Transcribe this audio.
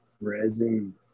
resin